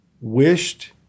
wished